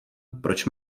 proč